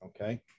okay